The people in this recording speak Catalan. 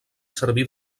servir